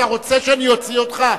אתה רוצה שאני אוציא אותך?